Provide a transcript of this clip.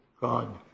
God